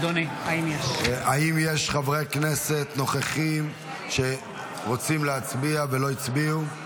האם יש חברי כנסת נוכחים שרוצים להצביע ולא הצביעו?